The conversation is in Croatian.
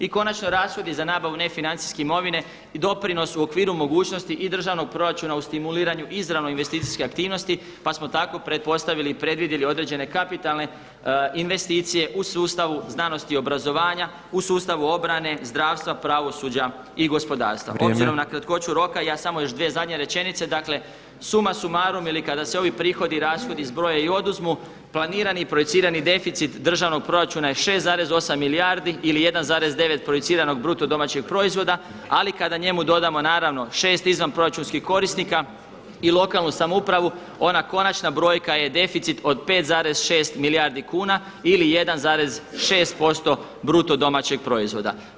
I konačno rashodi za nabavu nefinancijske imovine i doprinos u okviru mogućnosti i državnog proračuna u stimuliranu izravno investicijske aktivnosti pa smo tako pretpostavili i predvidjeli određene kapitalne investicije u sustavu znanosti i obrazovanja, u sustavu obrane, zdravstva, pravosuđa i gospodarstva [[Upadica predsjedni: Vrijeme.]] Obzirom na kratkoću roka, ja samo još dvije zadnje rečenice, dakle, summa summarum ili kada se ovi prihodi i rashodi zbroje i oduzmu planirani i projicirani deficit državnog proračuna je 6,8 milijardi ili 1,9 projiciranog BDP-a ali kada njemu dodamo naravno 6 izvanproračunskih korisnika i lokalnu samoupravu ona konačna brojka je deficit od 5,6 milijardi kuna ili 1,6% BDP-a.